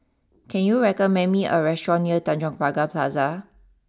can you recommend me a restaurant near Tanjong Pagar Plaza